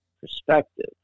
perspective